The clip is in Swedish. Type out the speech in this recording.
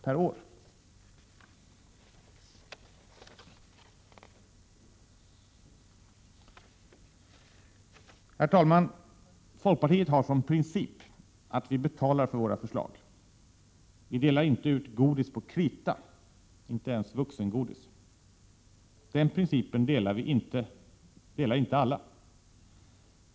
59 Herr talman! Folkpartiet har som princip att vi betalar för våra förslag. Vi delar inte ut godis på krita, inte ens vuxengodis. Den principen delar inte alla.